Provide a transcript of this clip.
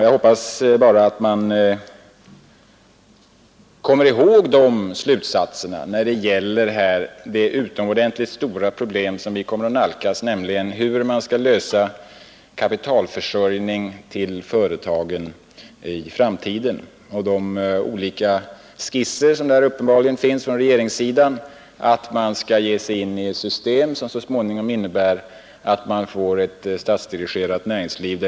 Jag hoppas bara att man kommer ihåg dessa slutsatser när det gäller det utomordentligt stora problem som vi kommer att nalkas, nämligen hur man skall lösa kapitalförsörjningen till företagen i framtiden och hur man skall ta ställning till de olika skisser som där uppenbarligen finns på regeringssidan, att man skall ge sig in i ett system som innebär att man så småningom får ett statsdirigerat näringsliv.